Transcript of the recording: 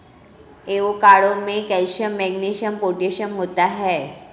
avocado में calcium magnesium potassium होता है